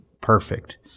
perfect